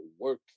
work